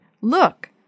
Look